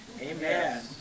Amen